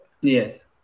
Yes